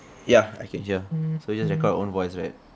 ya I can hear so just record your own voice right